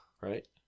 Right